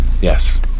Yes